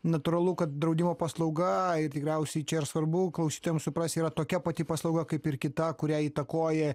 natūralu kad draudimo paslauga ir tikriausiai čia ir svarbu klausytojams suprasti yra tokia pati paslauga kaip ir kita kurią įtakoja